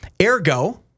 Ergo